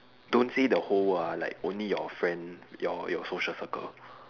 don't say the whole world ah like only your friend your your social circle